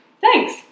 thanks